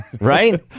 Right